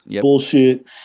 bullshit